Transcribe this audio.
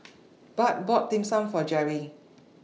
Bart bought Dim Sum For Geri